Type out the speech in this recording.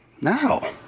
Now